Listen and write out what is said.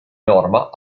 norma